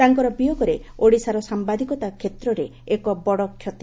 ତାଙ୍କର ବିୟୋଗରେ ଓଡିଶାର ସାମ୍ଭାଦିକତା କେତ୍ରରେ ଏକ ବଡ କ୍ଷତି